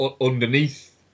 underneath